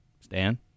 Stan